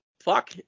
fuck